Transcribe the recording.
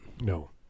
No